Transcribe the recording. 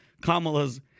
Kamala's